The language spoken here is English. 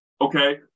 okay